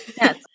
Yes